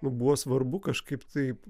nu buvo svarbu kažkaip taip